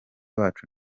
wacu